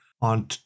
on